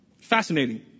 Fascinating